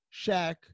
Shaq